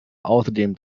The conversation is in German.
außerdem